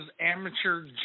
amateur